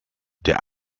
der